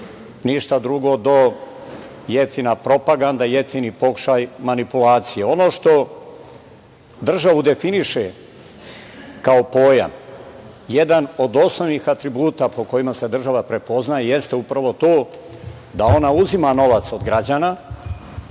ništa drugo do jeftina propaganda, jeftini pokušaj manipulacije. Ono što državu definiše kao pojam, jedan od osnovnih atributa po kojima se država prepoznaje jeste upravo to da ona uzima novac od građana